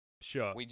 Sure